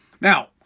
Now